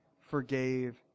forgave